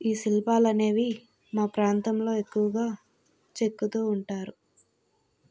ఈ శిల్పాలనేవి మా ప్రాంతంలో ఎక్కువగా చెక్కుతూ ఉంటారు